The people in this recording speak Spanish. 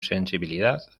sensibilidad